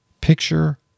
Picture